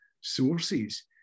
sources